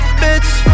bitch